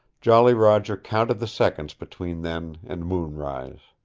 jolly roger counted the seconds between then and moonrise.